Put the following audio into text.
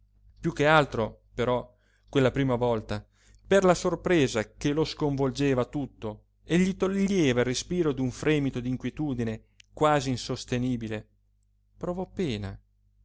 piú che altro però quella prima volta per la sorpresa che lo sconvolgeva tutto e gli toglieva il respiro di un fremito d'inquietudine quasi insostenibile provò pena